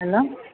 hello